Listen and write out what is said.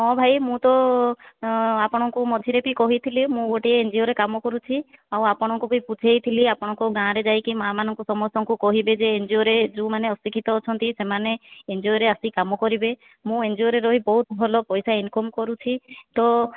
ହଁ ଭାଇ ମୁଁ ତ ଆପଣଙ୍କୁ ମଝିରେ ବି କହିଥିଲି ମୁଁ ଗୋଟିଏ ଏନ୍ଜିଓରେ କାମ କରୁଛି ଆଉ ଆପଣଙ୍କୁ ବି ବୁଝାଇଥିଲି ଆପଣଙ୍କ ଗାଁରେ ଯାଇକି ମାଆମାନଙ୍କୁ ସମସ୍ତଙ୍କୁ କହିବି ଯେ ଏନ୍ଜିଓରେ ଯେଉଁମାନେ ଅଶିକ୍ଷିତ ଅଛନ୍ତି ସେମାନେ ଏନ୍ଜିଓରେ ଆସି କାମ କରିବେ ମୁଁ ଏନ୍ଜିଓରେ ରହି ବହୁତ୍ ଭଲ ପଇସା ଇନ୍କମ୍ କରୁଛି ତ